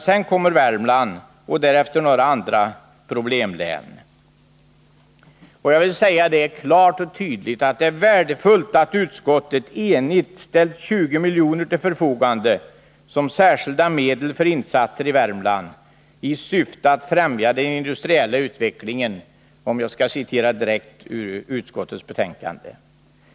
Sedan kommer Värmland och därefter några andra problemlän. Jag vill klart och tydligt säga att det är värdefullt att utskottet enhälligt har ställt 20 milj.kr. till förfogande som särskilda medel för insatser i Värmland i syfte att ”främja den industriella utvecklingen i länet”.